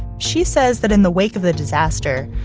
she says that in the wake of the disaster,